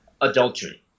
adultery